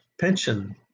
pension